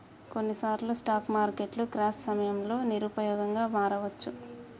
కొన్నిసార్లు స్టాక్ మార్కెట్లు క్రాష్ సమయంలో నిరుపయోగంగా మారవచ్చు